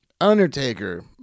Undertaker